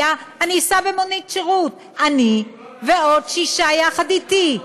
אני אסע במונית שירות, אני ועוד שישה יחד אתי.